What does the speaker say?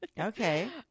Okay